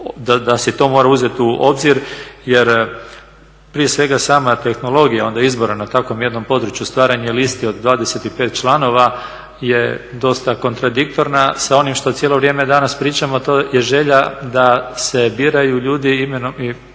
da se i to mora uzeti u obzir. Jer prije svega sama tehnologija onda izbora na takvom jednom području, stvaranje listi od 25 članova je dosta kontradiktorna sa onim što cijelo vrijeme danas pričamo, a to je želja da se biraju ljudi imenom i